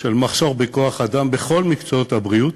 של מחסור בכוח-אדם בכל מקצועות הבריאות,